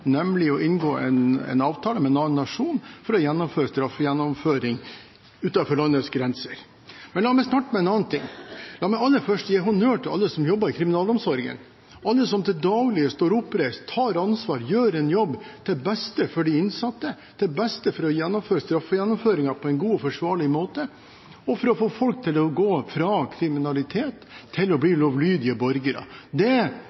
nemlig å inngå en avtale med en annen nasjon for straffegjennomføring utenfor landets grenser. La meg aller først gi honnør til alle som jobber i kriminalomsorgen, til alle som til daglig står oppreist, tar ansvar, gjør en jobb til beste for de innsatte, til beste for straffegjennomføringen på en god og forsvarlig måte, og for å få folk til å gå fra kriminalitet til å bli lovlydige borgere. Det